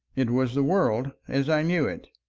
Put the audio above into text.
it was the world as i knew it.